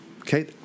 okay